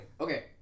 Okay